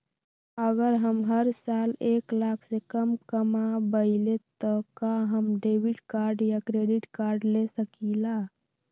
अगर हम हर साल एक लाख से कम कमावईले त का हम डेबिट कार्ड या क्रेडिट कार्ड ले सकीला?